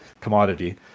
commodity